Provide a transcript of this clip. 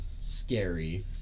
scary